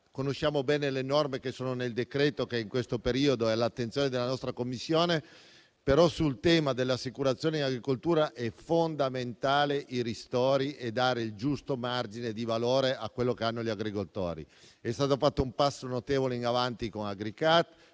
Conosciamo bene le norme che sono contenute nel decreto-legge che in questo periodo è all'attenzione della nostra Commissione. Sul tema delle assicurazioni in agricoltura, però, sono fondamentali i ristori e dare il giusto margine di valore a quello che hanno gli agricoltori. È stato fatto un passo notevole in avanti con Agricat.